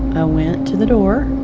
i went to the door,